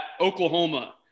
Oklahoma